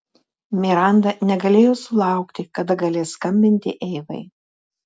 miranda negalėjo sulaukti kada galės skambinti eivai